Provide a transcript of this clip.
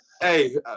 Hey